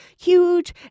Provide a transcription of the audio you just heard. huge